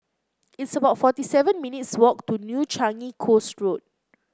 it's about forty seven minutes' walk to New Changi Coast Road